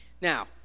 Now